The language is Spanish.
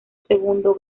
segundo